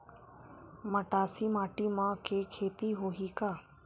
मटासी माटी म के खेती होही का?